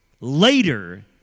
later